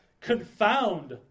confound